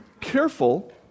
careful